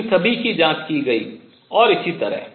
इन सभी की जांच की गयी और इसी तरह